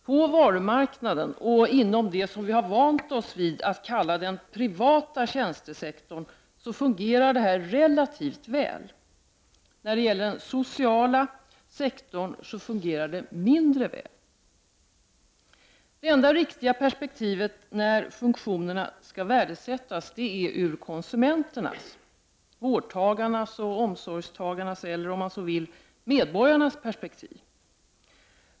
På varumarknaden och inom det som vi har vant oss vid att kalla den privata tjänstesektorn fungerar detta relativt väl. När det gäller den sociala sektorn fungerar det mindre väl. Det enda riktiga perspektivet när funktionerna skall värdesättas är konsumenternas perspektiv, vårdtagarnas, omsorgstagarnas eller, om man så vill, medborgarnas perspektiv.